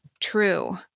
True